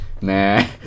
nah